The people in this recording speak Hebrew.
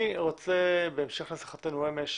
אני רוצה בהמשך לשיחתנו אמש